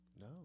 No